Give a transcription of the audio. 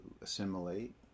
assimilate